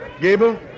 Gable